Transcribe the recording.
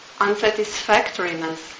unsatisfactoriness